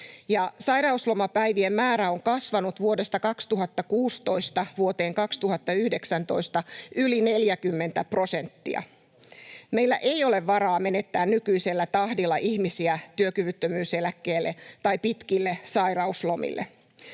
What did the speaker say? sairauslomapäivien määrä on kasvanut vuodesta 2016 vuoteen 2019 yli 40 prosenttia. Meillä ei ole varaa menettää nykyisellä tahdilla ihmisiä työkyvyttömyyseläkkeelle tai pitkille sairauslomille.